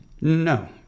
No